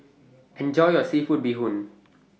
Enjoy your Seafood Bee Hoon